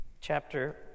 chapter